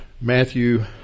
Matthew